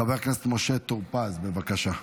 חבר הכנסת משה טור פז, בבקשה.